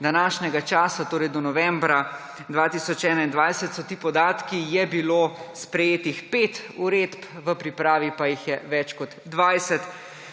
današnjega časa, do novembra 2021 so ti podatki, je bilo sprejetih pet uredb, v pripravi pa jih je več kot 20.